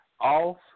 Off